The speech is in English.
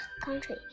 country